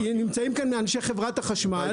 אז נמצאים כאן אנשי חברת החשמל.